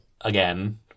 again